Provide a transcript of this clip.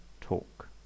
talk